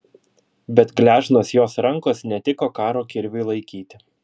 bet gležnos jos rankos netiko karo kirviui laikyti